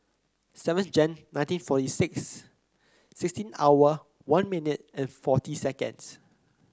seven Jan nineteen forty six sixteen hour one minute and forty seconds